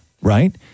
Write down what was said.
right